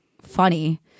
funny